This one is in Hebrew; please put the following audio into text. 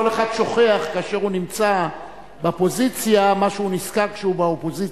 כל אחד שוכח כאשר הוא נמצא בפוזיציה מה שהוא זכר כשהוא באופוזיציה.